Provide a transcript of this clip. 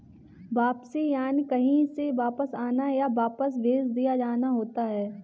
वापसी यानि कहीं से वापस आना, या वापस भेज दिया जाना होता है